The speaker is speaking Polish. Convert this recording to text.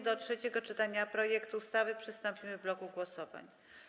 Do trzeciego czytania projektu ustawy przystąpimy w bloku głosowań.